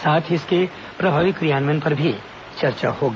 साथ ही इसके प्रभावी क्रियान्वयन पर भी चर्चा होगी